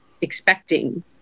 expecting